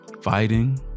fighting